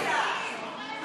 אתה,